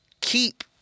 keep